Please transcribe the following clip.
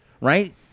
right